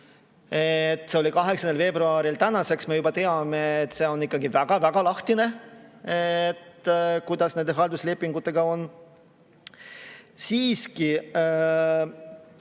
See oli 8. veebruaril. Tänaseks me juba teame, et see on ikkagi väga-väga lahtine, kuidas nende halduslepingutega on. Siiski